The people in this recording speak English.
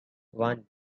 one